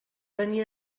venia